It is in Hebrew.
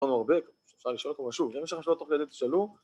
‫תודה רבה. ‫אפשר לשאול אותו משהו. ‫אם אפשר לשאול תוך כדי , תשאלו.